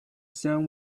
sun